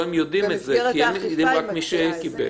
לא הם יודעים את זה אלא רק מי שקיבל.